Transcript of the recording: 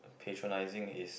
patronizing is